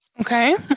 Okay